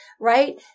right